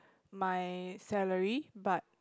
my salary but